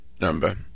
number